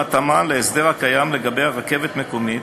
בהתאמה להסדר הקיים לגבי רכבת מקומית,